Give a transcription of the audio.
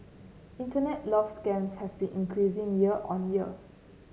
internet love scams have been increasing year on year